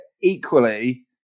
equally